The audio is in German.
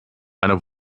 eine